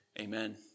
amen